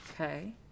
Okay